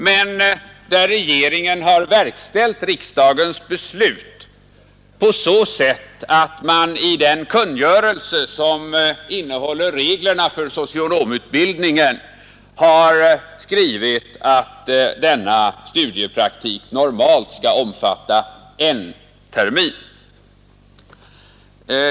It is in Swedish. Men regeringen har verkställt riksdagens beslut genom att i den kungörelse som innehåller reglerna för socionomutbildningen ange att denna studiepraktik normalt skall omfatta en termin.